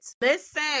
Listen